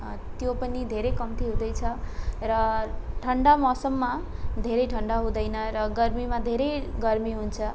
त्यो पनि धेरै कम्ती हुँदैछ र ठन्डा मौसममा धेरै ठन्डा हुँदैन र गर्मीमा धेरै गर्मी हुन्छ